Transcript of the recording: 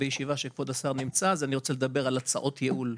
בישיבה שכבוד השר נמצא ואני רוצה לדבר על הצעות ייעול.